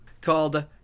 called